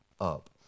up